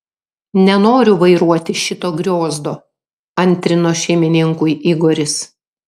nenoriu vairuoti šito griozdo antrino šeimininkui igoris